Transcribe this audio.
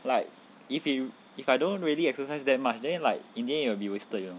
like if you if I don't really exercise that much then like in the end it will be wasted you know